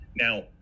Now